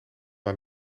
aan